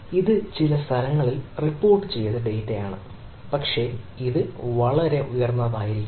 ഇത് ചില സ്ഥലങ്ങളിൽ റിപ്പോർട്ടുചെയ്ത ചില ഡാറ്റയാണ് പക്ഷേ ഇത് വളരെ ഉയർന്നതായിരിക്കാം